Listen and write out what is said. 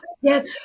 Yes